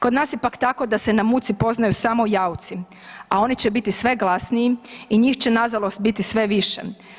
Kod nas je pak tako da se na muci poznaju samo jauci, a oni će biti sve glasniji i njih će nažalost biti sve više.